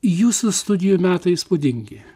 jūsų studijų metai įspūdingi